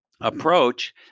approach